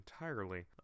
entirely